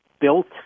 built